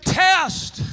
test